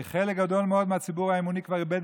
כי חלק גדול מאוד מהציבור האמוני כבר איבד